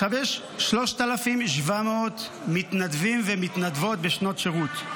עכשיו יש 3,700 מתנדבים ומתנדבות בשנות שירות.